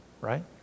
right